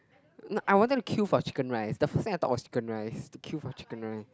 I wanted to queue for chicken rice the first thing I thought was chicken rice to queue for chicken rice